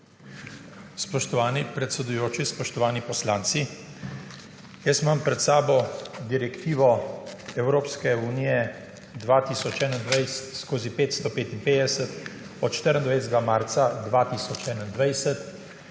Spoštovani predsedujoči, spoštovani poslanci! Jaz imam pred sabo Direktivo Evropske unije 2021/555 od 24. marca 2021.